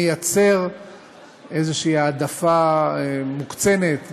מייצר איזושהי העדפה מוקצנת,